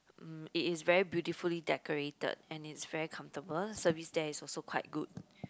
mm it is very beautifully decorated and it's very comfortable service there is also quite good